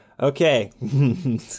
Okay